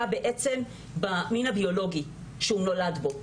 בעצם במין הביולוגי שהוא נולד בו.